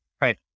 right